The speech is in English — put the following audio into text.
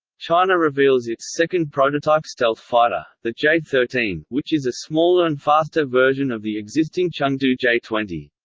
china reveals its second prototype stealth fighter, the j thirteen, which is a smaller and faster version of the existing chengdu j twenty.